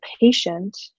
patient